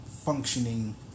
Functioning